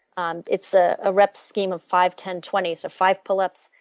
um it's ah a repscheme of five, ten, twenty, so five pull-ups,